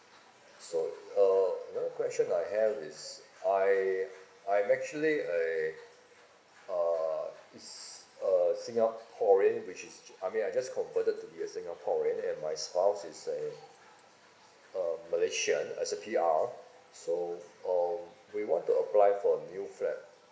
so uh one question I have is I I'm actually I uh is a singaporean which is I mean I just converted to be a singaporean and my spouse is a a malaysian as a P_R so uh we want to apply for a new flat